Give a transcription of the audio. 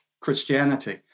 Christianity